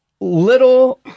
little